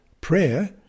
prayer